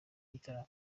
gitaramo